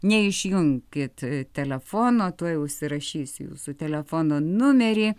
neišjunkit telefono tuoj užsirašysiu jūsų telefono numerį